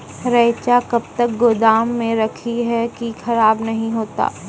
रईचा कब तक गोदाम मे रखी है की खराब नहीं होता?